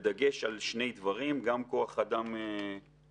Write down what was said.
בדגש על שני דברים, גם כוח אדם לוחם